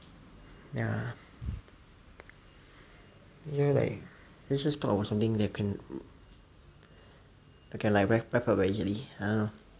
ya so like let's just talk about something that can that can like wrap wrap up like easily I don't know